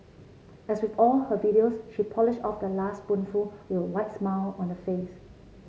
as with all her videos she polished off the last spoonful with a wide smile on her face